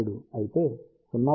7 అయితే 0